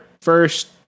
first